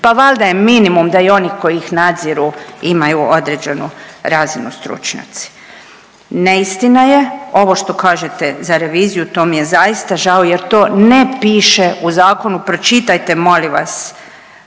pa valjda je minimum da i oni koji ih nadziru imaju određenu razinu stručnosti. Neistina je ovo što kažete za reviziju to mi je zaista žao jer to ne piše u zakonu, pročitajte molim vas